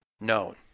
known